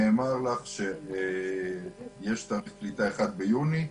נאמר לך שיש תאריך קליטה אחד ביוני,